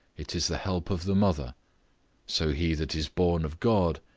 it is the help of the mother so he that is born of god,